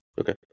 Okay